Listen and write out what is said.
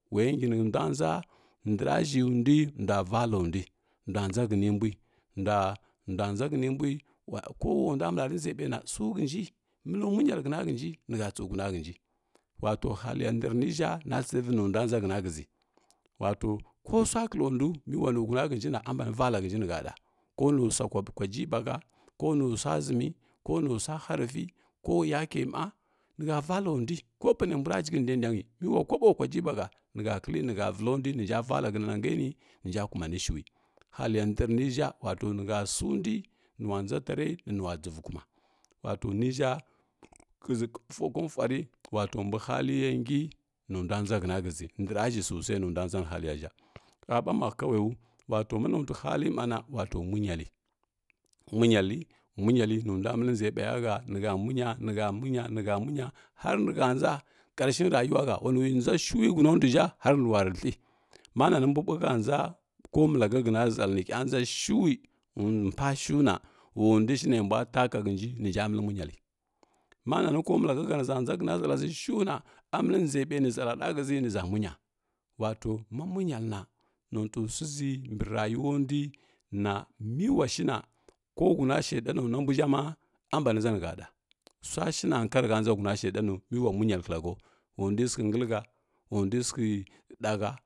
Wayangi nundua nʒa ndrazhə ndui ndua valan ndui ndua nʒa ghəni mbui, ndua ndua nʒa shəni mbui koulondua məlari nʒe ɓaina suhalnji məlu mungalə həna hənji nihə tsu həna kənji wato haliya nda niʒha na tsirivi nundua nʒa ghəna ghəʒi wato kosua kilandu miuwanhuna hənjina ambeni vala ghənji ni həɗu kosua kula jibahə konusua ʒimi konusua harivi ko yake mɓa nihə valo ndui ko pane mbura jighəni dedangi mela koɓo kwa jibahə nihə kilə nihə vlakondui ninja vala hənanasuini ninja kumani shui haliya ndr niʒhə wato nihə sundui ninuwa nʒa jare ninuwa shivukuma wato niʒhə ghəzi vukonvari wato mbi haliyensi nindua nʒa ghəna shəʒi ndraʒhə sosai nundua nʒa ni haliya ʒhə həmɓa ma kaulaiu wato ma notui hali mana wato manyiə munyalə munyalə nundua məli ʒe ɓaya hə nihə munya nihə munya har nikə nda karshe rayuwahə wanui nʒa shuwi huna nduʒhə har ninu reldə ma nani mbu bukihə nʒa ko malahə hənu ʒəli nihə nʒa shuui mpashuna wandushi nembua takahənji ninja məlimunyahə manani ko malahə niʒa nʒa həna zaalaʒi shuma a məli nʒe ɓaini zhəla ɗa ghəʒi niʒa munya wato mamunyaləna notui suiʒi mbirayiwandui na miwashina ko ghuna shedano ambuiʒha ma ambani nʒa nihə ɗa suashna karhə nʒa huna shedanu mewa munyalə klahau wandui sikhə ngləhə wandi sikhə ɗa hə.